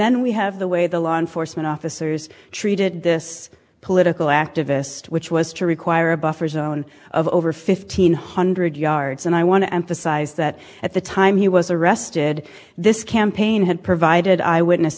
then we have the way the law enforcement officers treated this political activist which was to require a buffer zone of over fifteen hundred yards and i want to emphasize that at the time he was arrested this campaign had provided eyewitness